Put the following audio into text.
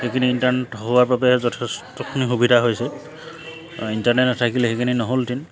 সেইখিনি ইণ্টাৰনেট হোৱাৰ বাবে যথেষ্টখিনি সুবিধা হৈছে ইণ্টাৰনেট নাথাকিলে সেইখিনি নহ'লহেঁতেন